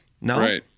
No